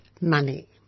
money